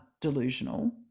delusional